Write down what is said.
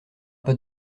pas